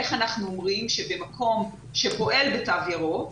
איך אנחנו אומרים שבמקום שפועל בתו ירוק,